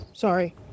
Sorry